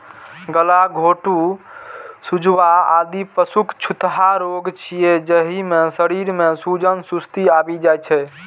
गलाघोटूं, सुजवा, आदि पशुक छूतहा रोग छियै, जाहि मे शरीर मे सूजन, सुस्ती आबि जाइ छै